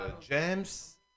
James